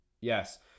yes